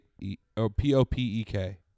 P-O-P-E-K